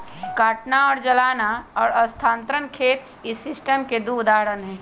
काटना और जलाना और स्थानांतरण खेत इस सिस्टम के दु उदाहरण हई